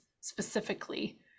specifically